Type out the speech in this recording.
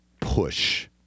push